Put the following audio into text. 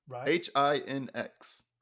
H-I-N-X